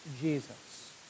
Jesus